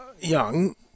young